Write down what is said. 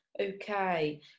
okay